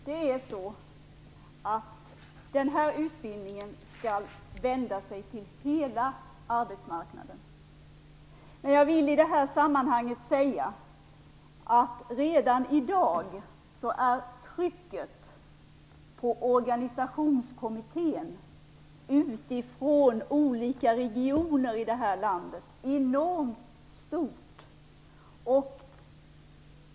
Fru talman! Den här utbildningen skall vända sig till hela arbetsmarknaden. Jag vill i detta sammanhang säga att trycket på Organisationskommittén från olika regioner i vårt land redan i dag är enormt stort.